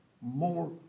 more